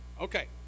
okay